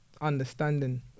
understanding